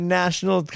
national